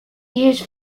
use